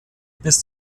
bis